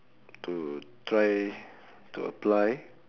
to try to apply